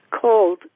called